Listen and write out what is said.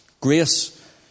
Grace